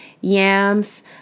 yams